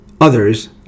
others